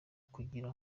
kugira